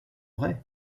vrai